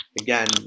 Again